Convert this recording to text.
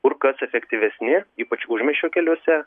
kur kas efektyvesni ypač užmiesčio keliuose